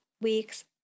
week's